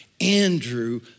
Andrew